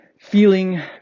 feeling